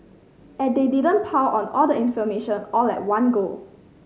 and they didn't pile on all the information all at one go